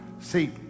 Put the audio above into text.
See